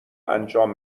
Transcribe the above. انجام